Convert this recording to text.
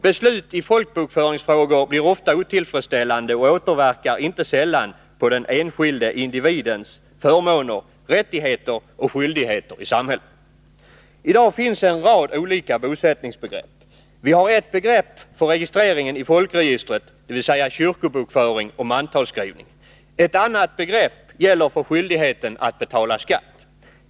Beslut i folkbokföringsfrågor blir ofta otillfredsställande och återverkar inte sällan på den enskilde individens förmåner, rättigheter och skyldigheter i samhället. I dag finns en rad olika bosättningsbegrepp. Vi har ett begrepp för registreringen i folkregistret, innefattande kyrkobokföringen och mantalsskrivningen. Ett annat begrepp gäller för skyldigheten att betala skatt.